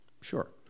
Sure